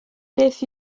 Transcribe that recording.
beth